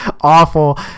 awful